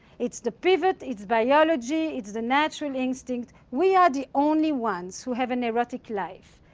it's the pivot, it's biology, it's the natural instinct. we are the only ones who have an erotic life,